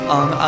on